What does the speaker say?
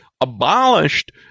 abolished